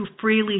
freely